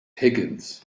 higgins